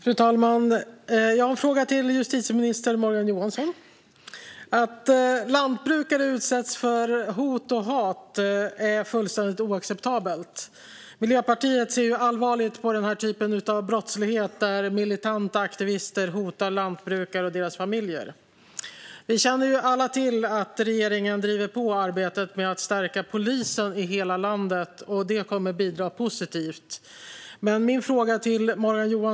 Fru talman! Jag har en fråga till justitieminister Morgan Johansson. Att lantbrukare utsätts för hot och hat är fullständigt oacceptabelt. Miljöpartiet ser allvarligt på den sorts brottslighet där militanta aktivister hotar lantbrukare och deras familjer. Vi känner alla till att regeringen driver på arbetet med att stärka polisen i hela landet, och det kommer att bidra positivt.